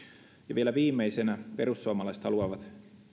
vielä viimeisenä perussuomalaiset haluavat